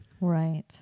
right